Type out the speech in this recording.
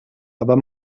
aber